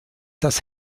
das